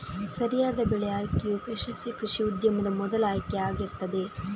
ಸರಿಯಾದ ಬೆಳೆ ಆಯ್ಕೆಯು ಯಶಸ್ವೀ ಕೃಷಿ ಉದ್ಯಮದ ಮೊದಲ ಆಯ್ಕೆ ಆಗಿರ್ತದೆ